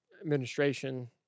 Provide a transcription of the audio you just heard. administration –